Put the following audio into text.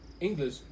English